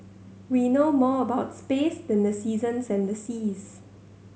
we know more about space than the seasons and the seas